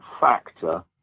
factor